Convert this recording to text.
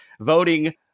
voting